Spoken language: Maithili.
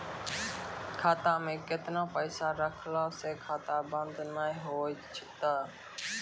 खाता मे केतना पैसा रखला से खाता बंद नैय होय तै?